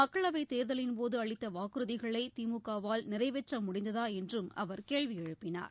மக்களவைத் தேர்தலின் போது அளித்த வாக்குறுதிகளை திமுகவால் நிறைவேற்ற முடிந்ததா என்றும் அவர் கேள்வி எழுப்பினார்